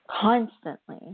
constantly